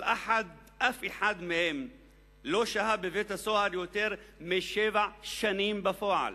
אבל אף אחד מהם לא שהה בבית-הסוהר יותר משבע שנים בפועל.